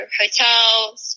hotels